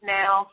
now